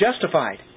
justified